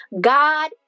God